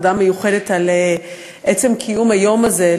תודה מיוחדת על עצם קיום היום הזה,